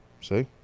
See